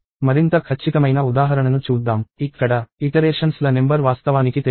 మరింత ఖచ్చితమైన ఉదాహరణను చూద్దాం ఇక్కడ ఇటరేషన్స్ ల నెంబర్ వాస్తవానికి తెలియదు